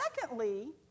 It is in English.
secondly